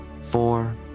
four